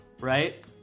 Right